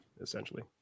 essentially